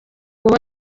ubu